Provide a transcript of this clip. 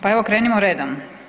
Pa evo krenimo redom.